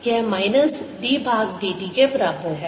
यह minus d भाग dt के बराबर है